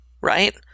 right